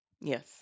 Yes